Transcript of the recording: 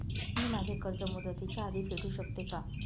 मी माझे कर्ज मुदतीच्या आधी फेडू शकते का?